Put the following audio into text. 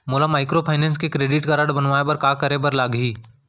मोला माइक्रोफाइनेंस के credit card बनवाए बर का करे बर लागही?